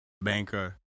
banker